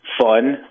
fun